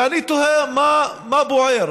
ואני תוהה מה בוער.